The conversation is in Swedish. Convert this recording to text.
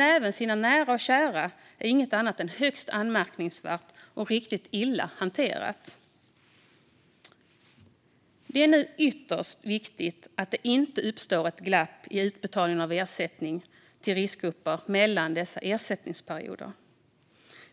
för att skydda sina nära och kära är dock inget annat än högst anmärkningsvärt, och det är riktigt illa hanterat. Det är nu ytterst viktigt att det inte uppstår ett glapp i utbetalning av ersättning till riskgrupper mellan dessa ersättningsperioder.